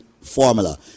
Formula